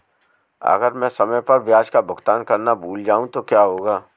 अगर मैं समय पर ब्याज का भुगतान करना भूल जाऊं तो क्या होगा?